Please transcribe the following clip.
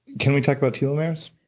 can we talk about telomeres?